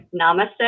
Namaste